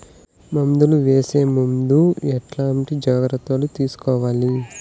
మందులు వేసే ముందు ఎట్లాంటి జాగ్రత్తలు తీసుకోవాలి?